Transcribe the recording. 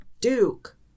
Duke